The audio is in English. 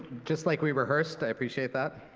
just like we rehearsed, i appreciate that.